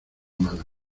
mano